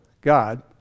God